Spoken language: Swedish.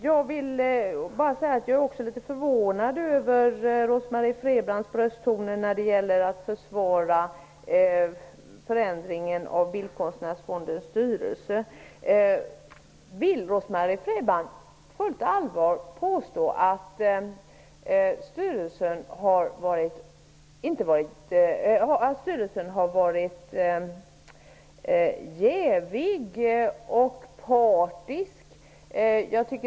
Jag är också litet förvånad över att Rose-Marie Frebran tar till sådana brösttoner i sitt försvar av Frebran på fullt allvar påstå att styrelsen har varit jävig och partisk?